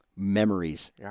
memories